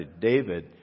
David